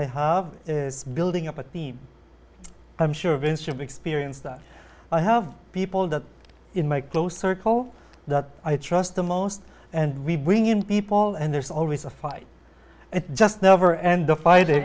i have building up a team i'm sure venture of experience that i have people that in my close circle that i trust the most and we bring in people and there's always a fight it just never and the fighting